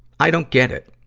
i don't get it.